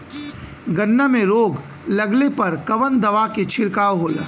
गन्ना में रोग लगले पर कवन दवा के छिड़काव होला?